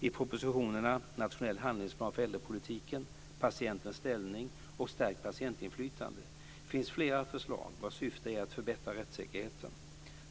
I propositionerna Nationell handlingsplan för äldrepolitiken, Patientens ställning och Stärkt patientinflytande finns flera förslag vilkas syfte är att förbättra rättssäkerheten.